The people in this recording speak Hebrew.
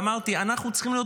ואמרתי: אנחנו צריכים להיות